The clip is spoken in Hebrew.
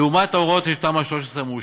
לעומת הוראות תמ"א 13 המאושרות.